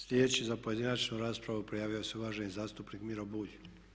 Sljedeći za pojedinačnu raspravu prijavio se uvaženi zastupnik Miro Bulj.